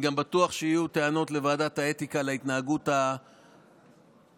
אתה לא תלמד אותי נימוסים.